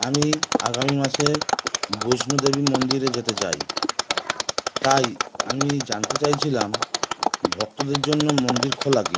আমি আগামী মাসে বৈষ্ণো দেবী মন্দির যেতে চাই তাই আমি জানতে চাইছিলাম ভক্তদের জন্য মন্দির খোলা কি না